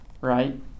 right